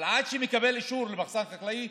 אבל עד שהוא מקבל אישור למחסן חקלאי,